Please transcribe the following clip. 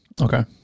okay